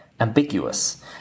ambiguous